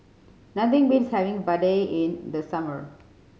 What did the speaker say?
nothing beats having vadai in the summer